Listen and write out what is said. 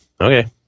Okay